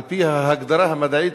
על-פי ההגדרה המדעית,